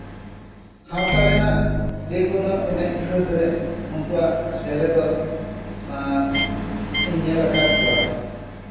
ᱥᱟᱶᱛᱟ ᱨᱮᱱᱟᱜ ᱡᱮ ᱠᱳᱱᱳ ᱮᱱᱮᱡ ᱠᱷᱟᱹᱫ ᱨᱮ ᱩᱱᱠᱩᱣᱟᱜ ᱥᱮᱞᱮᱫᱚᱜ ᱤᱧ ᱧᱮᱞ ᱟᱠᱟᱫ ᱠᱚᱣᱟ